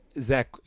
Zach